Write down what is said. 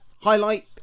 Highlight